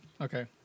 okay